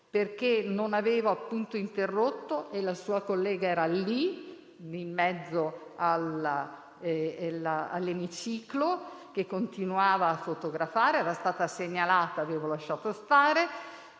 perché non avevo interrotto; la sua collega era lì, in mezzo all'Emiciclo, continuava a fotografare, era stata segnalata e avevo lasciato stare,